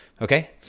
okay